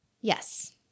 Yes